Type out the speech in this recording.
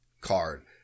card